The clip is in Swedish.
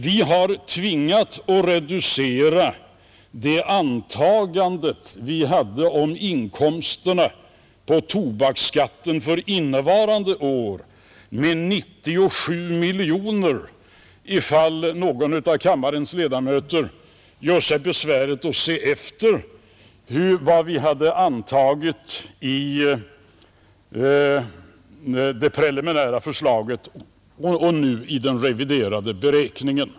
Vi har tvingats att reducera det antagande vi hade om inkomsterna på tobaksskatten för innevarande år med 97 miljoner — ifall någon av kammarens ledamöter gör sig besväret att se efter vad vi hade antagit i det preliminära förslaget och nu i den reviderade beräkningen.